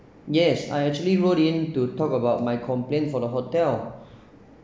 yes I actually wrote in to talk about my complaint for the hotel